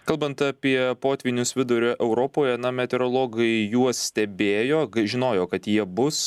kalbant apie potvynius vidurio europoje meteorologai juos stebėjo žinojo kad jie bus